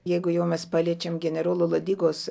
jeigu jau mes paliečiam generolo ladigos